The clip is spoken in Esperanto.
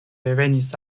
revenis